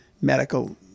medical